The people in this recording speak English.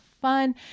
fun